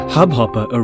Hubhopper